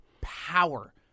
power